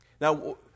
Now